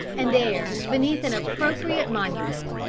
and there beneath an appropriate monument,